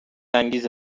انگیز